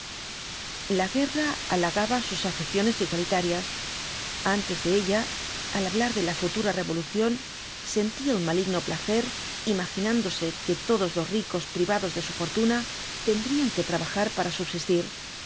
la guerra halagaba sus aficiones igualitarias antes de ella al hablar de la futura revolución sentía un maligno placer imaginándose que todos los ricos privados de su f jrtuna tendrían que trabajar para subsistir